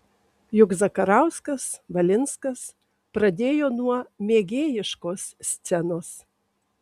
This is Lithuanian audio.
juk zakarauskas valinskas pradėjo nuo mėgėjiškos scenos